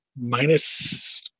minus